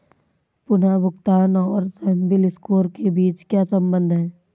पुनर्भुगतान और CIBIL score के बीच क्या संबंध है?